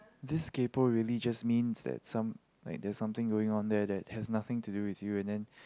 this kaypo really just means that some like there is something going on there that has nothing to do with you and then